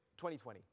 2020